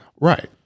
right